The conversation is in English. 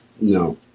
no